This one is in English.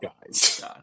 guys